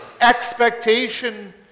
expectation